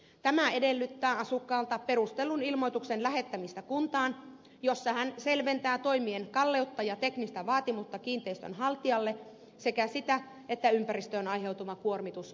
tämä edellyttää asukkaalta sellaisen perustellun ilmoituksen lähettämistä kuntaan jossa hän selventää toimien kalleutta ja teknistä vaativuutta kiinteistön haltijalle sekä sitä että ympäristölle aiheutuva kuormitus on vähäistä